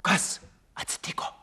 kas atsitiko